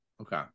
Okay